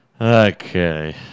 Okay